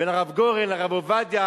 בין הרב גורן לרב עובדיה,